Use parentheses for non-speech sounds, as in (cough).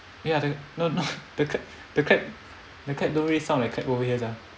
ya the no no (laughs) the clap the clap the clap don't really sound like clap over here sia